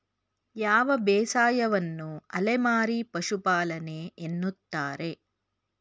ಯಾವ ಬೇಸಾಯವನ್ನು ಅಲೆಮಾರಿ ಪಶುಪಾಲನೆ ಎನ್ನುತ್ತಾರೆ?